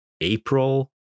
april